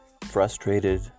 frustrated